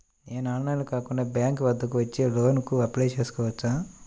నేను ఆన్లైన్లో కాకుండా బ్యాంక్ వద్దకు వచ్చి లోన్ కు అప్లై చేసుకోవచ్చా?